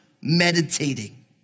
meditating